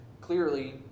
Clearly